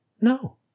No